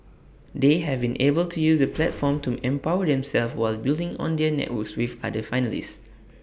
they have been able to use that platform to empower themselves while building on their networks with other finalists